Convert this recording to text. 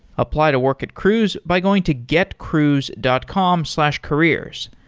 apply to work at cruise by going to getcruise dot com slash careers.